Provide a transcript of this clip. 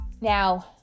now